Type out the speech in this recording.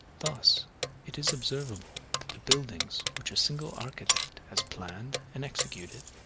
thus it is observable that the buildings which a single architect has planned and executed,